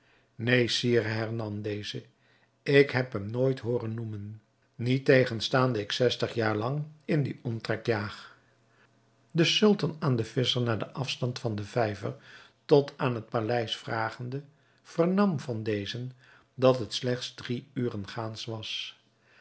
neen sire hernam deze ik heb hem nooit hooren noemen niettegenstaande ik zestig jaren lang in dien omtrek jaag de sultan aan den visscher naar den afstand van den vijver tot aan het paleis vragende vernam van dezen dat het slechts drie uren gaans waren